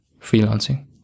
freelancing